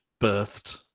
birthed